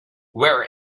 wear